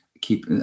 keep